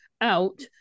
out